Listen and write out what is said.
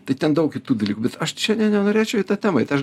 tai ten daug kitų dalykų bet aš čia ne nenorėčiau į tą temą eit aš